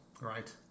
Right